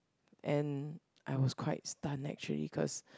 and I was quite stun actually cause